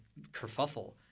kerfuffle